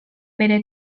bere